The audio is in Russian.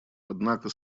однако